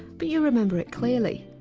but you remember it clearly.